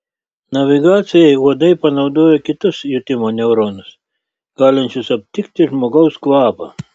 navigacijai uodai panaudojo kitus jutimo neuronus galinčius aptikti žmogaus kvapą